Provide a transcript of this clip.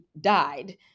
died